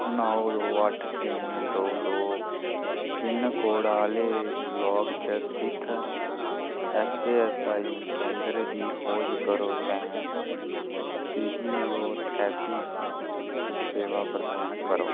नौ दो अट्ठ तिन्न दो दो पिन कोड आह्ले लाक च स्थित एस ए एस आई केंदर दी खोज करो ते फिजियोथेरेपी सेवा प्रदान करो